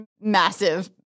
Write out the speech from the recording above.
massive